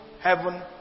heaven